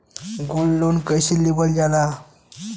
Gold loan कईसे लेवल जा ला?